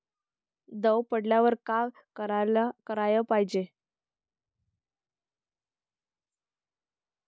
दव पडल्यावर का कराच पायजे?